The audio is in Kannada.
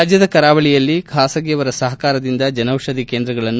ರಾಜ್ಜದ ಕರಾವಳಿಯಲ್ಲಿ ಖಾಸಗಿಯವರ ಸಹಕಾರದಿಂದ ಜನೌಷಧಿ ಕೇಂದ್ರಗಳನ್ನು